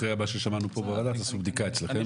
אחרי הבעיה ששמענו פה בוועדה תעשו בדיקה אצלכם.